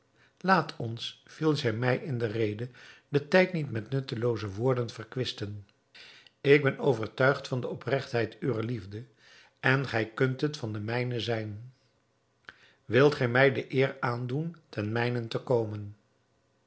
laat ons viel zij mij in de rede den tijd niet met nuttelooze woorden verkwisten ik ben overtuigd van de opregtheid uwer liefde en gij kunt het van de mijne zijn wilt gij mij de eer aandoen ten mijnent te komen